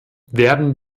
werden